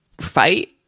fight